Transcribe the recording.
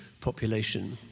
population